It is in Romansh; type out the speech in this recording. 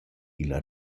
illa